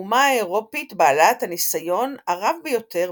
האומה האירופית בעלת הניסיון הרב ביותר,